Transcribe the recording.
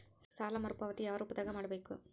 ಸಾಲ ಮರುಪಾವತಿ ಯಾವ ರೂಪದಾಗ ಮಾಡಬೇಕು?